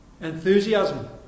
enthusiasm